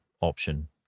option